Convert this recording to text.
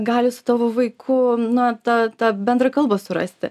gali su tavo vaiku na tą tą bendrą kalbą surasti